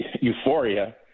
euphoria